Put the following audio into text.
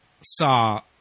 saw